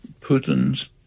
Putin's